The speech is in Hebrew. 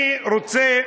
אני רוצה